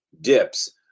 dips